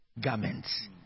garments